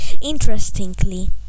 interestingly